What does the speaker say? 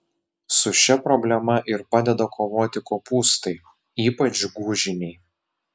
su šia problema ir padeda kovoti kopūstai ypač gūžiniai